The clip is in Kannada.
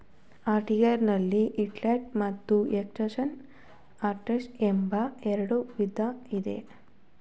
ಆಡಿಟರ್ ನಲ್ಲಿ ಇಂಟರ್ನಲ್ ಮತ್ತು ಎಕ್ಸ್ಟ್ರನಲ್ ಆಡಿಟರ್ಸ್ ಎಂಬ ಎರಡು ವಿಧ ಇದೆ